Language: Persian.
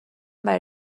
برای